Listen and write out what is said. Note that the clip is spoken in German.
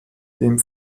dem